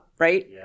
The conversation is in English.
right